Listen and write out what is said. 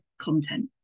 content